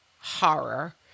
horror